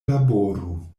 laboru